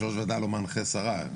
יו"ר ועדה לא מנחה שרה.